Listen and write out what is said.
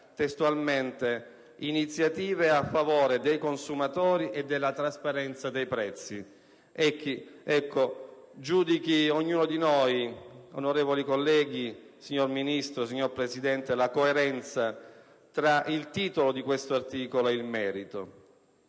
testualmente: «Iniziative a favore dei consumatori e della trasparenza dei prezzi»; ebbene, giudichi ognuno di voi, onorevoli colleghi, signor Ministro, signora Presidente, la coerenza tra la rubrica di questo articolo e il merito;